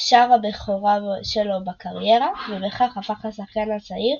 שער הבכורה שלו בקריירה, ובכך הפך לשחקן הצעיר